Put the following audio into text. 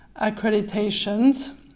accreditations